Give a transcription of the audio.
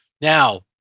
Now